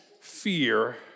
fear